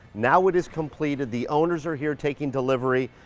now it is completed, the owners are here taking delivery,